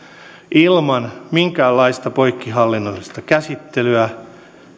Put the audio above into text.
ilman minkäänlaista poikkihallinnollista käsittelyä